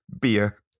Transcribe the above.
beer